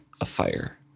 afire